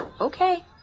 Okay